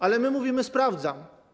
Ale my mówimy: sprawdzam.